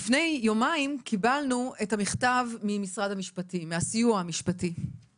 אבל לפני יומיים קיבלנו את המכתב מהסיוע המשפטי במשרד המשפטים,